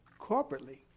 corporately